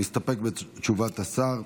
כן, מסתפק בתשובת השר.